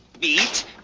beat